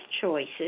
choices